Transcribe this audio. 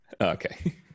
Okay